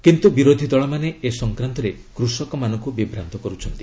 କିନ୍ତୁ ବିରୋଧୀ ଦଳମାନେ ଏ ସଂକ୍ରାନ୍ତରେ କୃଷକମାନଙ୍କୁ ବିଭ୍ରାନ୍ତ କରୁଛନ୍ତି